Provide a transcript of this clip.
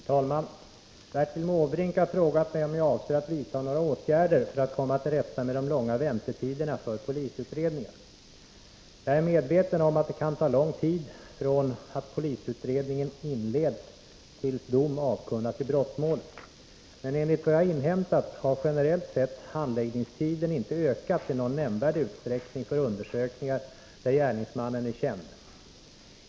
Herr talman! Bertil Måbrink har frågat mig om jag avser att vidta några åtgärder för att komma till rätta med de långa väntetiderna för polisutredningar. Jag är medveten om att det kan ta lång tid från att polisutredningen inleds tills dom avkunnas i brottmålet. Men enligt vad jag har inhämtat har generellt sett handläggningstiden inte ökat i någon nämnvärd utsträckning för undersökningar där gärningsmannen är känd.